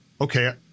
Okay